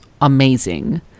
amazing